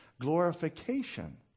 glorification